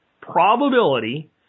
probability